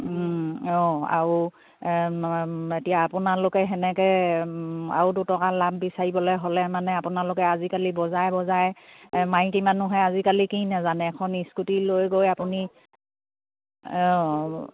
অঁ আৰু এতিয়া আপোনালোকে তেনেকৈ আৰু দুটকা লাভ বিচাৰিবলৈ হ'লে মানে আপোনালোকে আজিকালি বজাৰে বজাৰে মাইকী মানুহে আজিকালি কি নাজানে এখন স্কুটি লৈ গৈ আপুনি অঁ